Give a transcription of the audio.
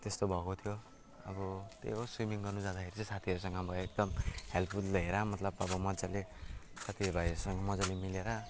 त्यस्तो भएको थियो अब त्यही हो सुइमिङ गर्नु जाँदाखेरि चाहिँ साथीहरूसँग म एकदम हेल्पफुल लिएर मजाले साथी भाइहरूसँग मजाले मिलेर